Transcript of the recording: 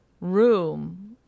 room